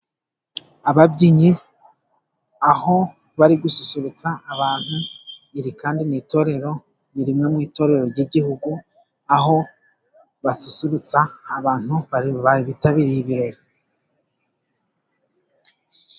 Ababyinnyi aho bari gususurutsa abantu, iri kandi ni rimwe mu itorero ry'igihugu aho basusurutsa abantu bitabiriye ibirori.